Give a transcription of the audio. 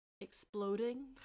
exploding